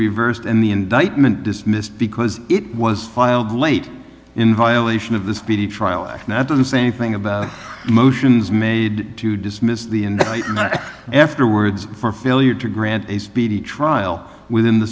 reversed and the indictment dismissed because it was filed late in violation of the speedy trial now it doesn't say anything about motions made to dismiss the afterwards for failure to grant a speedy trial within the